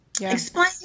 Explain